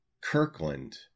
Kirkland